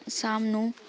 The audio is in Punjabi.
ਸ਼ਾਮ ਨੂੰ